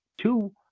Two